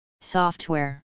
Software